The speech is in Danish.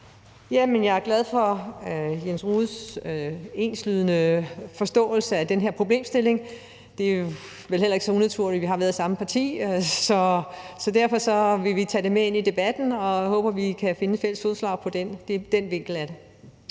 jeg er glad for, at Jens Rohde har den samme forståelse af den her problemstilling. Det er vel heller ikke så unaturligt. Vi har været i samme parti. Vi vil tage det med ind i debatten og håbe på, at vi kan finde et fælles fodslag, når det gælder den